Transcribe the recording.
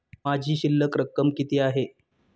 माझी शिल्लक रक्कम किती आहे?